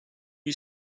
you